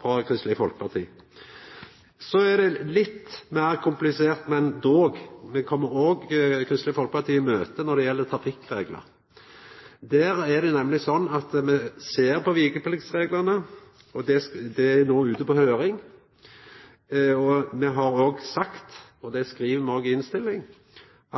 frå Kristeleg Folkeparti. Så er det litt meir komplisert, men likevel kjem me òg Kristeleg Folkeparti i møte når det gjeld trafikkreglar. Der er det nemleg sånn at me ser på vikepliktsreglane. Det er no ute på høring. Me har sagt, og det skriv me òg i innstillinga,